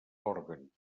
òrgan